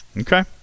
okay